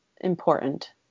important